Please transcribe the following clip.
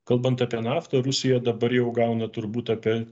kalbant apie naftą rusija dabar jau gauna turbūt apie